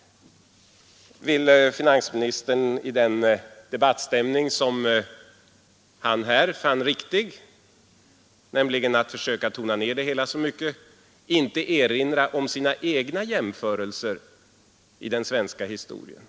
I den debattstämning som finansministern här fann riktig, nämligen att försöka tona ned det hela, ville finansministern inte erinra om sina egna jämförelser i den svenska historien.